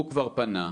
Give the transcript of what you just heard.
הוא כבר פנה,